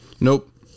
Nope